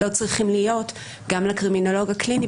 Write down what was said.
לא צריכים להיות גם לקרימינולוג הקליני,